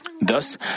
Thus